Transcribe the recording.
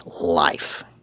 life